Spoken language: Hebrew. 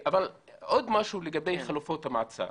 עוד משהו לגבי חלופות המעצר.